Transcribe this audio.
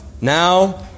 Now